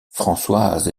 françoise